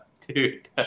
Dude